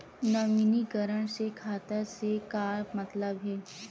नवीनीकरण से खाता से का मतलब हे?